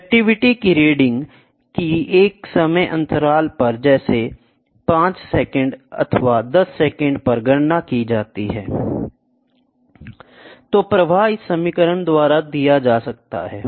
conductivity की reading की एक समय अंतराल पर जैसे 5 सेकंड अथवा 10 सेकंड पर गणना की जाती है तो प्रवाह इस समीकरण द्वारा दिया जा सकता है